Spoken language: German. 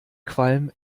qualm